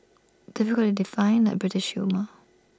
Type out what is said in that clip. difficult to define like British humour